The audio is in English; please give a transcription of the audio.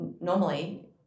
normally